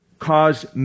Caused